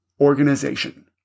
organization